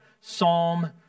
Psalm